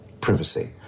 privacy